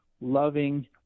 loving